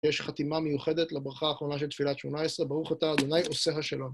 יש חתימה מיוחדת לברכה האחרונה של תפילת שמונה עשרה. ברוך אתה ה' עושה השלום.